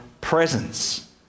presence